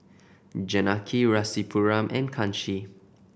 Janaki Rasipuram and Kanshi